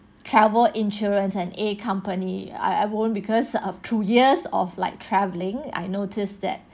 travel insurance and a company I I won't because of two years of like travelling I noticed that